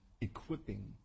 equipping